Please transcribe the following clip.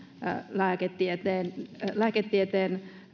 lääketieteen lääketieteen